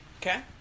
Okay